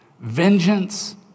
Vengeance